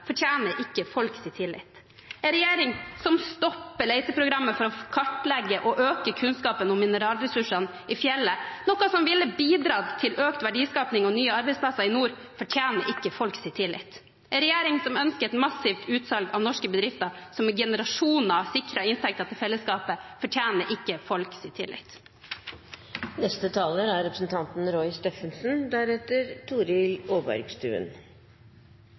fortjener ikke folks tillit. En regjering som stopper leteprogrammet for å kartlegge og øke kunnskapen om mineralressursene i fjellet, noe som ville bidratt til økt verdiskaping og nye arbeidsplasser i nord, fortjener ikke folks tillit. En regjering som ønsker et massivt utsalg av norske bedrifter som i generasjoner har sikret inntekter til fellesskapet, fortjener ikke